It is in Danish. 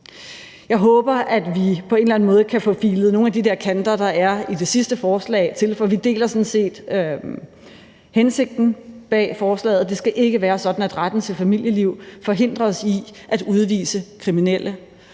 Jeg håber, at vi på en eller anden måde kan få filet nogle af de der kanter, der er i det sidste forslag, til, for vi deler sådan set hensigten bag forslaget. Det skal ikke være sådan, at retten til familieliv forhindrer os i at udvise kriminelle.